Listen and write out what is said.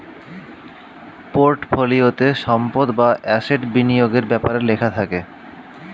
পোর্টফোলিওতে সম্পদ বা অ্যাসেট বিনিয়োগের ব্যাপারে লেখা থাকে